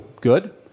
good